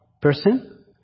person